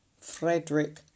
Frederick